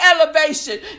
elevation